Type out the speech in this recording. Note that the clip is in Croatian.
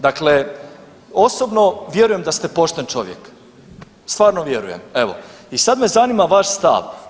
Dakle, osobno vjerujem da ste pošten čovjek, stvarno vjerujem, evo i sad me zanima vaš stav.